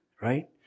right